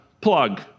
plug